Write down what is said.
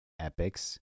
epics